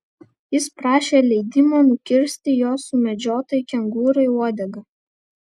jis prašė leidimo nukirsti jo sumedžiotai kengūrai uodegą